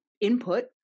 input